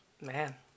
Man